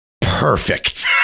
Perfect